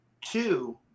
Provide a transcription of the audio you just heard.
Two